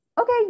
okay